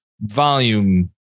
volume